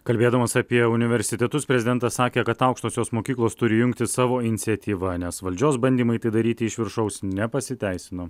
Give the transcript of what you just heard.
kalbėdamas apie universitetus prezidentas sakė kad aukštosios mokyklos turi jungtis savo iniciatyva nes valdžios bandymai tai daryti iš viršaus nepasiteisino